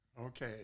Okay